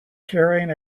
carrying